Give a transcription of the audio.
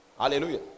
Hallelujah